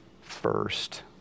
first